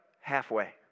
halfway